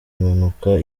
impanuka